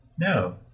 No